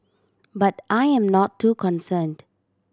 but I am not too concerned